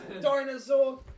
dinosaur